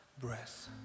breath